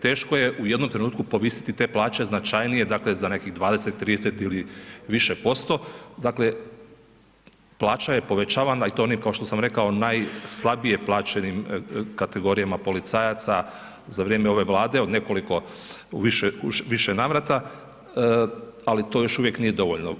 Teško je u jednom trenutku povisiti plaće značajnije dakle za nekih 20, 30 ili više posto, dakle plaća je povećavana i to onim kao što sam rekao najslabije plaćenim kategorijama policajaca, za vrijeme ove Vlade od nekoliko, u više navrata, ali to još uvijek nije dovoljno.